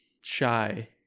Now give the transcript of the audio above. shy